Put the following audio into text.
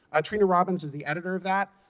ah trina robbins is the editor of that.